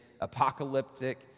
apocalyptic